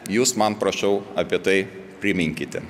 jūs man prašau apie tai priminkite